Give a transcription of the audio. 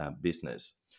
business